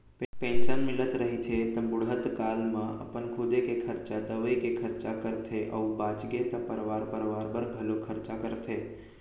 pension मिलत रहिथे त बुड़हत काल म अपन खुदे के खरचा, दवई के खरचा करथे अउ बाचगे त परवार परवार बर घलोक खरचा करथे